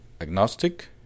Agnostic